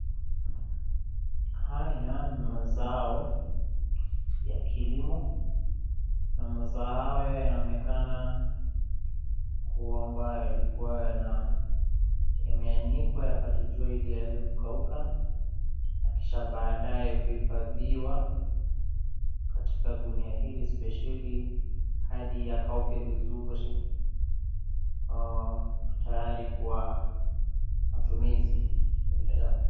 Haya ni mazao ya kilimo na mazao haya yanaonekana kwamba yalikua yana yameanikwa yapate jua ili yaweze kukauka na kisha baadaye kuhifadhiwa katika gunia hili spesheli hadi yakauke vizuri , tayari kwa matumizi ya binadamu.